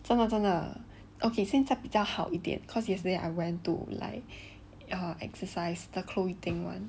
真的真的 okay 现在比较好一点 cause yesterday I went to like err exercise the chloe ting [one]